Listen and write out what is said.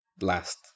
last